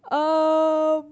um